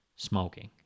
Smoking